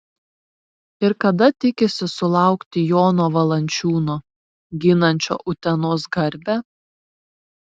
ir kada tikisi sulaukti jono valančiūno ginančio utenos garbę